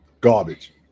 Garbage